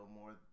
more